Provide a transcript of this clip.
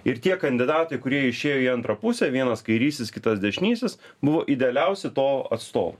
ir tie kandidatai kurie išėjo į antrą pusę vienas kairysis kitas dešinysis buvo idealiausi to atstovai